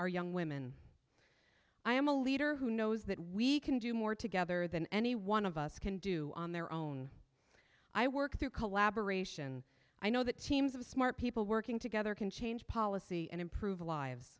our young women i am a leader who knows that we can do more together than any one of us can do on their own i work through collaboration i know that teams of smart people working together can change policy and improve the lives